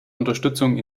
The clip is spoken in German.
unterstützung